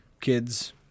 kids